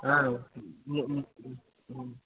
ము ము